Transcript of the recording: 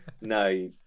No